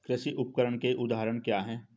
कृषि उपकरण के उदाहरण क्या हैं?